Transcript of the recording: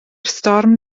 storm